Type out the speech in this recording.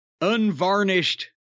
unvarnished